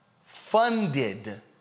funded